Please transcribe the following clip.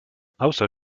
außer